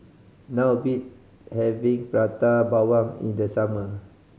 not of beats having Prata Bawang in the summer